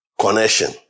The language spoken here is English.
connection